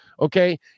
okay